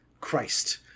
Christ